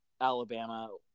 Alabama